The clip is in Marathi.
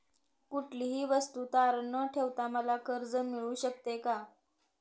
कुठलीही वस्तू तारण न ठेवता मला कर्ज मिळू शकते का?